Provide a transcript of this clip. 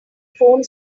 phone